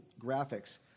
graphics